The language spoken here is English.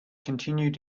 continued